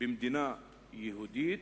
ב"מדינה יהודית"